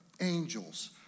angels